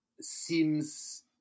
seems